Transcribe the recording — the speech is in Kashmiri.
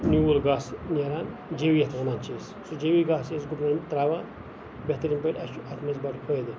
نیوٗل گاسہٕ نیران جٔوی یَتھ وَنان چھِ أسۍ سُہ جٔوی گاسہٕ چھِ أسۍ گُپنَن تراوان بہتَرین پٲٹھۍ اَسہِ چھُ اَتھ مَنٛز بَڑٕ فٲیدٕ